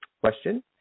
question